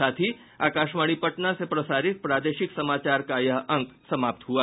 इसके साथ ही आकाशवाणी पटना से प्रसारित प्रादेशिक समाचार का ये अंक समाप्त हुआ